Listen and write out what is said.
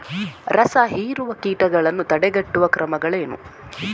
ರಸಹೀರುವ ಕೀಟಗಳನ್ನು ತಡೆಗಟ್ಟುವ ಕ್ರಮಗಳೇನು?